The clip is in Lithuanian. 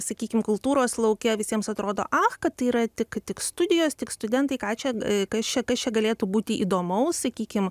sakykim kultūros lauke visiems atrodo kad tai yra tik tik studijos tik studentai ką čia kas čia kas čia galėtų būti įdomaus sakykim